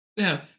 Now